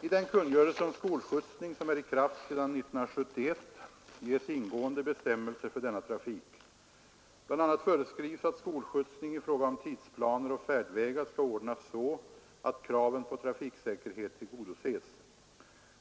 I den kungörelse om skolskjutsning som är i kraft sedan år 1971 ges ingående bestämmelser för denna trafik. BI. a. föreskrivs, att skolskjutsning i fråga om tidsplaner och färdvägar skall ordnas så att kraven på trafiksäkerhet tillgodoses.